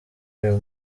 uyu